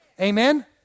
Amen